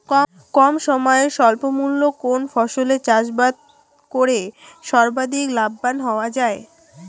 কম সময়ে স্বল্প মূল্যে কোন ফসলের চাষাবাদ করে সর্বাধিক লাভবান হওয়া য়ায়?